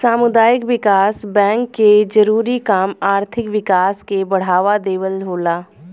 सामुदायिक विकास बैंक के जरूरी काम आर्थिक विकास के बढ़ावा देवल होला